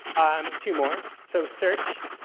um two more. so, search.